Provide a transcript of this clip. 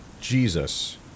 Jesus